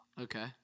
Okay